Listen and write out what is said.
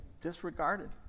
disregarded